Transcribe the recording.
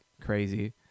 Crazy